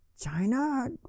China